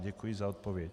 Děkuji za odpověď.